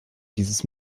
dieses